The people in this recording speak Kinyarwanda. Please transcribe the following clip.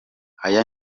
aya